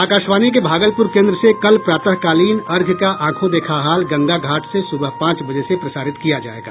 आकाशवाणी के भागलप्र केन्द्र से कल प्रातःकालीन अर्घ्य का आंखों देखा हाल गंगा घाट से सुबह पांच बजे से प्रसारित किया जायेगा